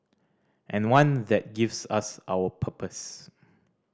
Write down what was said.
and one that gives us our purpose